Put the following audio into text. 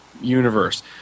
universe